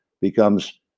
becomes